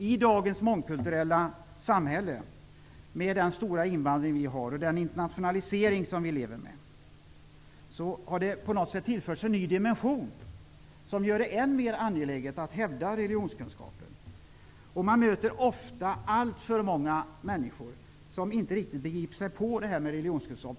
I dagens mångkulturella samhälle, med den stora invandringen och internationaliseringen, har det på något sätt tillförts en ny dimension, som gör det än mer angeläget att hävda religionskunskapen. Man möter alltför ofta människor som inte begriper sig på religionskunskap.